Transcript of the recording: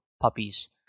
puppies